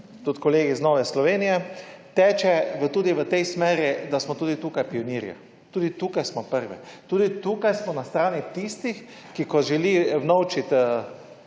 tudi kolegi iz Nove Slovenije, teče v smeri, da smo tudi tukaj pionirji. Tudi tukaj smo prvi, tudi tukaj smo na strani tistih, ki želijo unovčiti